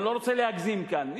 אני לא רוצה להגזים כאן.